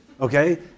okay